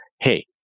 Hey